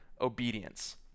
obedience